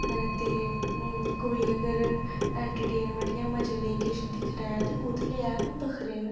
ते कोई अगर एंटरटेनमैंट जां मजे लेई किश दिक्खना ऐ ते ओह्दे लेई ऐप्प बक्खरे न